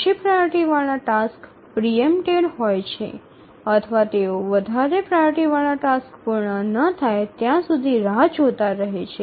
ઓછી પ્રાઓરિટી વાળા tasks preempted હોય છે અથવા તેઓ વધારે પ્રાઓરિટી વાળા ટાસ્ક પૂર્ણ ન થાય ત્યાં સુધી રાહ જોતા રહે છે